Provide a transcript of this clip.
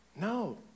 No